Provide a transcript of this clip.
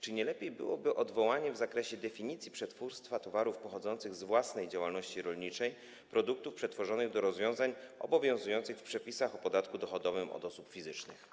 Czy nie lepiej byłoby odwołanie w zakresie definicji przetwórstwa towarów pochodzących z własnej działalności rolniczej, produktów przetworzonych, do rozwiązań obowiązujących w przepisach o podatku dochodowym od osób fizycznych.